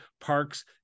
parks